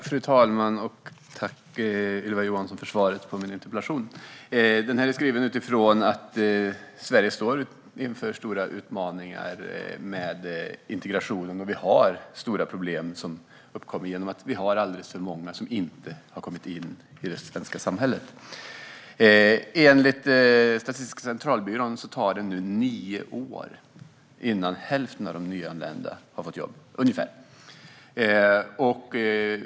Fru talman! Tack, Ylva Johansson, för svaret på min interpellation! Den är skriven utifrån att Sverige står inför stora utmaningar med integrationen och att vi har stora problem som har uppkommit genom att vi har alldeles för många som inte har kommit in i det svenska samhället. Enligt Statistiska centralbyrån tar det nu ungefär nio år innan hälften av de nyanlända har fått jobb.